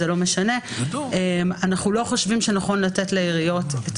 אנחנו לא חושבים שנכון לתת לעיריות את